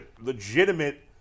legitimate